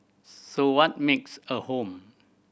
so what makes a home